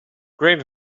great